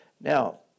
Now